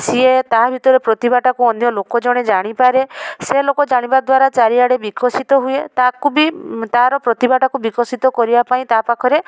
ସେ ତା' ଭିତରେ ପ୍ରତିଭାଟାକୁ ଅନ୍ୟ ଲୋକ ଜଣେ ଜାଣିପାରେ ସେ ଲୋକ ଜାଣିବା ଦ୍ଵାରା ଚାରିଆଡ଼େ ବିକଶିତ ହୁଏ ତାକୁ ବି ତା'ର ପ୍ରତିଭାଟାକୁ ବିକଶିତ କରିବାପାଇଁ ତା' ପାଖରେ